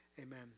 amen